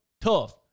tough